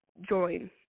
join